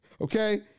Okay